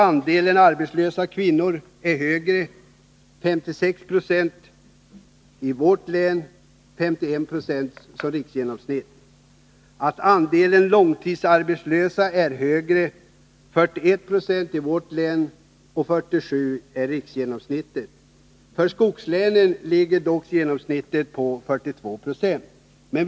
Andelen arbetslösa kvinnor är högre — 56 Jo för vårt län mot 51 90 för riket i dess helhet. Andelen långtidsarbetslösa är högre — siffran för vårt län är 41 26 mot 37 9 för riket i dess helhet. För skogslänen ligger genomsnittet på 42 96.